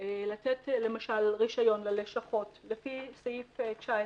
לתת למשל רישיון ללשכות לפי סעיף 19